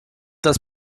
das